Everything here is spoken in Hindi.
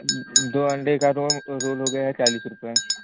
दो अंडे का रो रोल हो गया चालिस रुपए